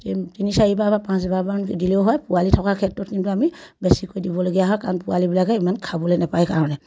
তিনি চাৰিবাৰ বা পাঁচবাৰমান দিলেও হয় পোৱালি থকাৰ ক্ষেত্ৰত কিন্তু আমি বেছিকৈ দিবলগীয়া হয় কাৰণ পোৱালীবিলাকে ইমান খাবলৈ নাপায় কাৰণে